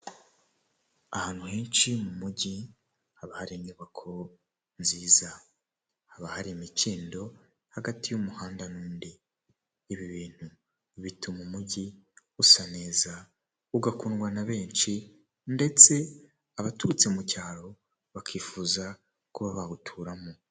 Ahantu henshi mu mujyi haba hari inyubako nziza, haba hari imikindo hagati y'umuhanda n'indi, ibi bintu bituma umujyi usa neza ugakundwa na benshi ndetse abaturutse mu cyaro bakifuza kuba bawuturamo.